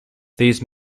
these